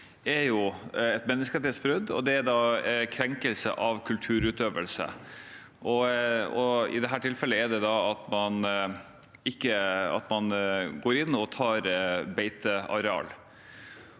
er et menneskerettighetsbrudd, og det er en krenkelse av kulturutøvelse. I dette tilfellet er det at man går inn og tar beiteareal.